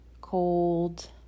cold